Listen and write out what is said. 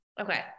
Okay